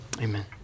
Amen